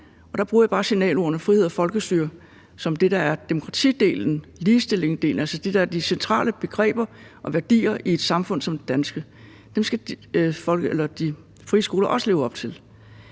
og der bruger jeg bare signalordene frihed og folkestyre som det, der er demokratidelen, ligestillingsdelen, altså det, der er de centrale begreber og værdier i et samfund som det danske. Dem skal de frie skoler også leve op til.